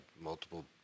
multiple